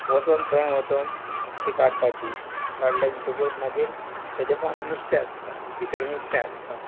वचोन थंय वचोन ती काडपाची काडले म्हणटकूच मागीर तेजे पोवन नुस्तें आसता भितर नुस्तें आसता